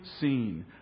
seen